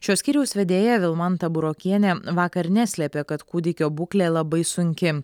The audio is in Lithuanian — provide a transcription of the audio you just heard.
šio skyriaus vedėja vilmanta burokienė vakar neslėpė kad kūdikio būklė labai sunki